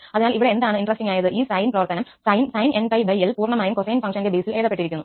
അതിനാൽ ഇവിടെ എന്താണ് ഇന്ട്രെസ്റ്റിംഗ് ആയതു ഈ സൈൻ പ്രവർത്തനം sin nπl പൂർണ്ണമായും കൊസൈൻ ഫങ്ക്ഷന്റെ ബേസിൽ എഴുതപ്പെട്ടിരിക്കുന്നത്